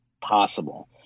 possible